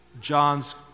John's